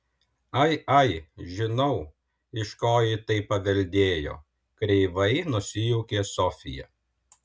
ai ai žinau iš ko ji tai paveldėjo kreivai nusijuokė sofija